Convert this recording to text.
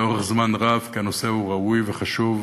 לאורך זמן רב, כי הנושא הוא ראוי וחשוב.